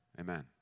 Amen